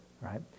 right